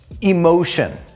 emotion